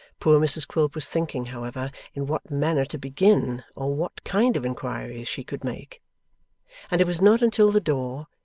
poor mrs quilp was thinking, however, in what manner to begin or what kind of inquiries she could make and it was not until the door,